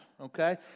okay